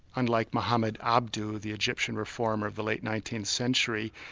unlike mohammed abdu the egyptian reformer of the late nineteenth century,